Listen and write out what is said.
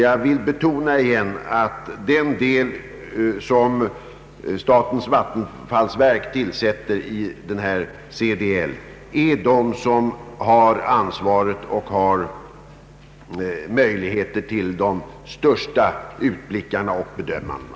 Jag vill åter betona att de personer som statens vattenfallsverk tillsätter i CDL är de som har ansvaret och möjligheter att göra de största utblickarna och bästa bedömandena.